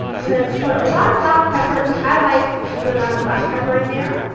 i'm going to put a lot of black pepper because i like a good amount of black pepper in there.